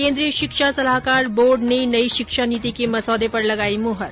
केन्द्रीय शिक्षा सलाहकार बोर्ड ने नई शिक्षा नीति के मसौदे पर लगाई मुहर